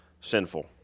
sinful